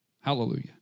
Hallelujah